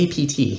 APT